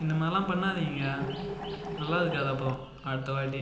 இந்தமாதிரிலாம் பண்ணாதிங்கங்க நல்லாயிருக்காது அப்புறம் அடுத்தவாட்டி